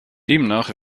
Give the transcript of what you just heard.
demnach